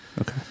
Okay